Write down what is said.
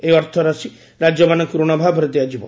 ଏହି ଅର୍ଥ ରାଶି ରାଜ୍ୟମାନଙ୍କୁ ଋଣ ଭାବରେ ଦିଆଯିବ